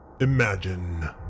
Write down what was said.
Imagine